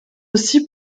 aussi